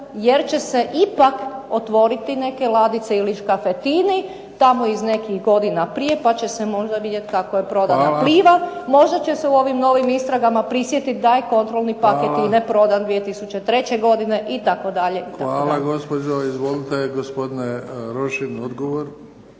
jer će se ipak otvoriti neke ladice ili škafetini tamo iz nekih godina prije pa će se možda vidjeti kako je prodana Pliva. Možda će se u ovim novim istragama prisjetiti da je kontrolni paket Plive prodan 2003. godine itd. **Bebić, Luka (HDZ)** Hvala gospođo. Izvolite gospodine Rošin, odgovor.